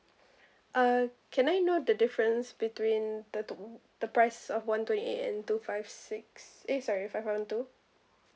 uh can I know the difference between the two the prices of one twenty eight and two five six eh sorry five one two